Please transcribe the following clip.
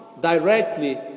directly